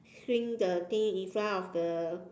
swing the thing in front of the